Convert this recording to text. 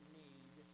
need